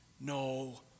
no